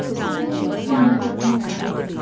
homines in lupos mutari,